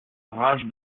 rage